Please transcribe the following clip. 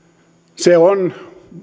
se on